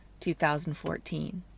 2014